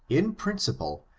in principle,